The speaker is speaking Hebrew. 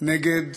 נגד